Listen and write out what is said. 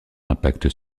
impact